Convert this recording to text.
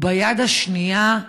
והיד השנייה,